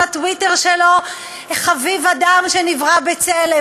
הטוויטר שלו: "חביב אדם שנברא בצלם".